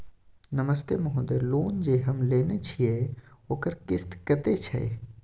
नमस्ते महोदय, लोन जे हम लेने छिये ओकर किस्त कत्ते छै?